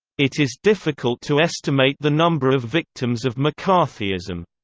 it is difficult to estimate the number of victims of mccarthyism.